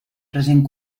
present